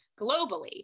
globally